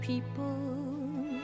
people